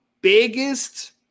biggest